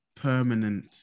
permanent